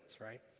right